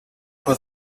was